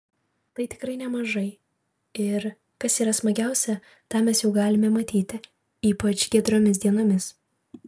tai tikrai nemažai ir kas yra smagiausia tą mes jau galime matyti ypač giedromis dienomis